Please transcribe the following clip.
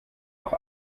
auch